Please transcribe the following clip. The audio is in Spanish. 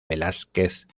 velásquez